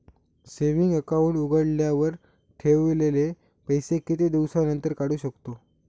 Saving account उघडल्यावर ठेवलेले पैसे किती दिवसानंतर काढू शकतो?